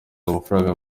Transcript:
amafaranga